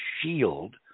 shield